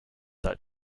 that